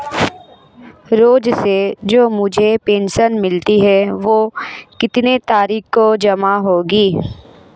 रोज़ से जो मुझे पेंशन मिलती है वह कितनी तारीख को जमा होगी?